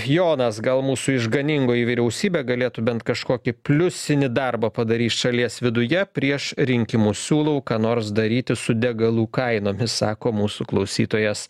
jonas gal mūsų išganingoji vyriausybė galėtų bent kažkokį pliusinį darbą padaryt šalies viduje prieš rinkimus siūlau ką nors daryti su degalų kainomis sako mūsų klausytojas